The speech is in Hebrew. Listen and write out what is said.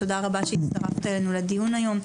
תודה רבה שהצטרפת אלינו לדיון היום.